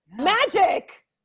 Magic